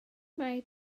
mae